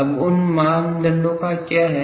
अब उन मानदंडों का क्या है